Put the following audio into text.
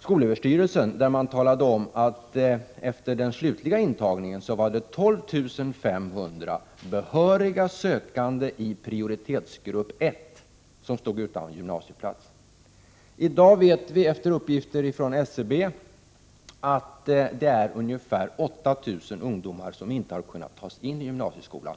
skolöverstyrelsen, där man talade om att det efter den slutliga intagningen var 12 500 behöriga sökande i prioritetsgrupp 1 som stod utan gymnasieplats. I dag vet vi, enligt uppgifter från SCB, att det är ungefär 8 000 ungdomar som inte har kunnat tas in i gymnasieskolan.